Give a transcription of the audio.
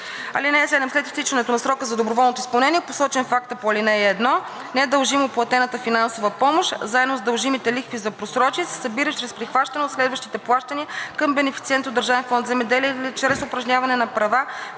(7) След изтичане на срока за доброволно изпълнение, посочен в акта по ал. 1, недължимо платената финансова помощ, заедно с дължимите лихви за просрочие, се събира и чрез прихващане от следващи плащания към бенефициента от Държавен фонд „Земеделие“ или чрез упражняване на права